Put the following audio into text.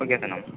okay sir நம்ம